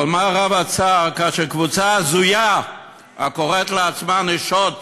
אבל מה רב הצער כאשר קבוצה הזויה הקוראת לעצמה "נשות,